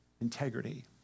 integrity